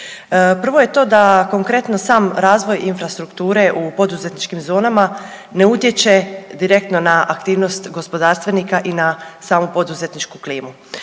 Prvo je to da konkretno sam razvoj infrastrukture u poduzetničkim zonama ne utječe direktno na aktivnost gospodarstvenika i na samu poduzetničku klimu.